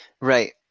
Right